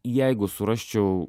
jeigu surasčiau